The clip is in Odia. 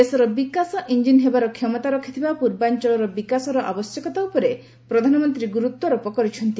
ଦେଶର ବିକାଶ ଇଞ୍ଜିନ୍ ହେବାର କ୍ଷମତା ରଖିଥିବା ପୂର୍ବାଂଚଳର ବିକାଶର ଆବଶ୍ୟକତା ଉପରେ ପ୍ରଧାନମନ୍ତ୍ରୀ ଗୁରୁତ୍ୱାରୋପ କରିଛନ୍ତି